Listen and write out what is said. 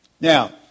Now